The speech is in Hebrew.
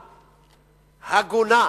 הגונה,